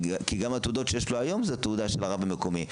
כי גם התעודות שיש לו היום אלה תעודות של הרב המקומי.